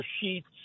sheets